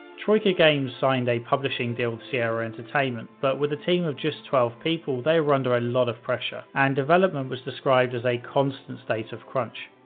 troika games signed a publishing deal with sierra entertainment, but with a team of just twelve people they were under a lot of pressure and development was described as a constant state of crunch.